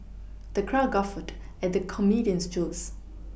the crowd guffawed at the comedian's jokes